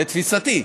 לתפיסתי,